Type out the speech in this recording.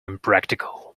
impractical